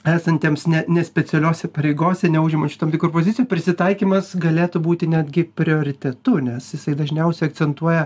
esantiems ne nespecialiose pareigose neužimant tam tikrų pozicijų prisitaikymas galėtų būti netgi prioritetu nes jisai dažniausiai akcentuoja